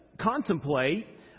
contemplate